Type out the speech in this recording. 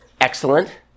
excellent